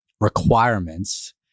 requirements